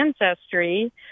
ancestry